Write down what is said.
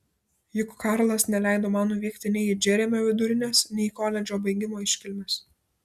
juk karlas neleido man nuvykti nei į džeremio vidurinės nei į koledžo baigimo iškilmes